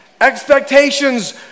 Expectations